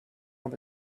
from